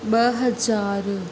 ॿ हज़ार